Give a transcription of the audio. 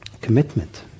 commitment